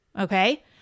okay